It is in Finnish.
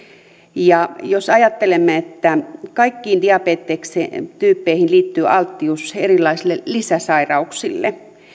ja jos ajattelemme että kaikkiin diabetestyyppeihin liittyy alttius erilaisille lisäsairauksille